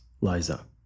Liza